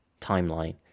timeline